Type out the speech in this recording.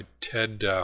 Ted